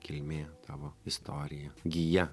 kilmė tavo istorija gija